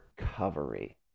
recovery